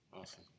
awesome